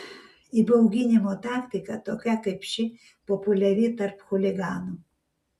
įbauginimo taktika tokia kaip ši populiari tarp chuliganų